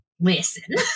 Listen